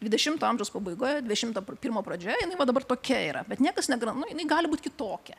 dvidešimto amžiaus pabaigoje dvidešimt pirmo pradžioje jinai va dabar tokia yra bet niekas negali nu jinai gali būti kitokia